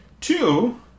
Two